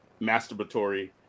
masturbatory